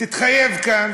תתחייב כאן